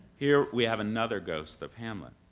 here we have another ghost of hamlet.